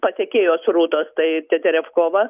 pasekėjos rūtos tai teterevkova